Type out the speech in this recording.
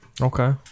Okay